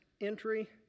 entry